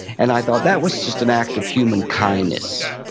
and i thought, that was just an act of human kindness.